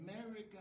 America